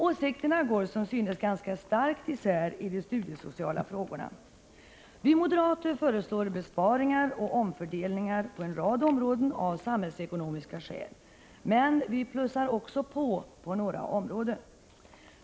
Åsikterna går som synes ganska starkt isär i de studiesociala frågorna. Vi moderater föreslår besparingar och omfördelningar på en rad områden av samhällsekonomiska skäl, men vi ”plussar” också på inom några områden.